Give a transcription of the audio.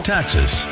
Taxes